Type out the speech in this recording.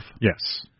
Yes